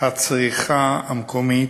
הצריכה המקומית,